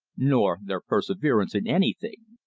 nor their perseverance in anything.